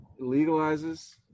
legalizes